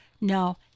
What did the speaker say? No